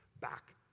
back